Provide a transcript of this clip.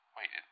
Wait